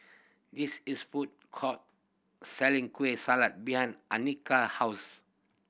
this is food court selling Kueh Salat behind Annika house